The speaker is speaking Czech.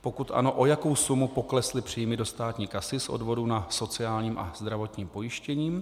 Pokud ano, o jakou sumu poklesly příjmy do státní kasy z odvodů na sociálním a zdravotním pojištění.